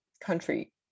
country